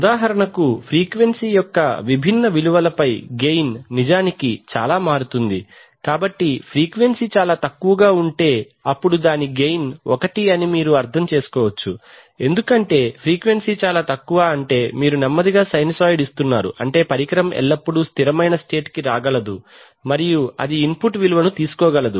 ఉదాహరణకు ఫ్రీక్వెన్సీ యొక్క విభిన్న విలువలపై గెయిన్ నిజానికి ఇలా మారుతుంది కాబట్టి ఫ్రీక్వెన్సీ చాలా తక్కువగా ఉంటే అప్పుడు దాని గెయిన్ ఒకటి అని మీరు అర్థం చేసుకోవచ్చు ఎందుకంటే ఫ్రీక్వెన్సీ చాలా తక్కువ అంటే మీరు నెమ్మదిగా సైనూసోయిడ్ ఇస్తున్నారు అంటే పరికరం ఎల్లప్పుడూ స్థిరమైన స్టేట్ కి రాగలదు మరియు అది ఇన్పుట్ విలువను తీసుకోగలదు